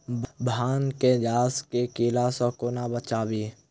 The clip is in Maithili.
भांग केँ गाछ केँ कीड़ा सऽ कोना बचाबी?